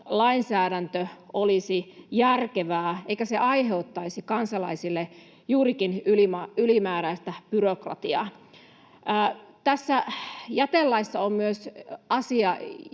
lainsäädäntö olisi järkevää eikä se aiheuttaisi kansalaisille juurikin ylimääräistä byrokratiaa. Jätelaissa on myös asia,